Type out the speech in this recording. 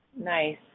Nice